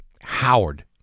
Howard